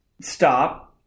stop